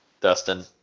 Dustin